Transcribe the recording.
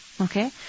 Okay